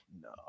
no